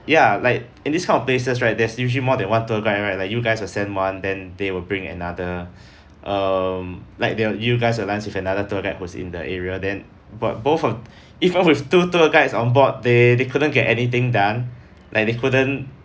ya like in this kind of places right there's usually more than one tour guide right like you guys will send one then they will bring another um like they are you guys will liaise with another tour that was in the area then but both of even with two tour guides on board they they couldn't get anything done like they couldn't